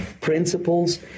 principles